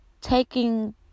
taking